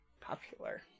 popular